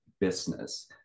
business